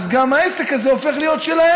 אז גם העסק הזה הופך להיות שלהם.